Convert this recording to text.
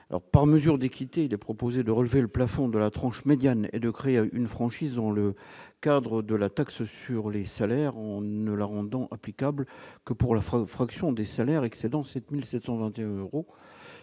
par mesure d'équité, de proposer de relever le plafond de la tranche médiane est de créer une franchise dans le cadre de la taxe sur les salaires, on ne la rendant applicable que pour la France, fraction des salaires excédant 7721 euros,